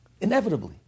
inevitably